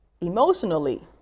emotionally